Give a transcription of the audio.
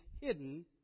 hidden